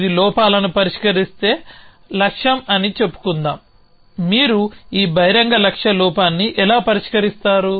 ఇది లోపాలను పరిష్కరించే లక్ష్యం అని చెప్పుకుందాం మీరు ఈ బహిరంగ లక్ష్య లోపాన్ని ఎలా పరిష్కరిస్తారు